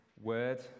word